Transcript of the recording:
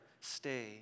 stay